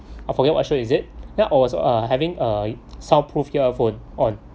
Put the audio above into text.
I forgot what show is it then it was uh having uh soundproof your iphone on